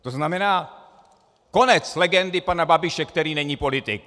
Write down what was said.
To znamená konec legendy pana Babiše, který není politik.